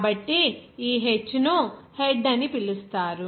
కాబట్టి ఈ h ను హెడ్ అని పిలుస్తారు